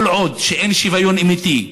כל עוד אין שוויון אמיתי,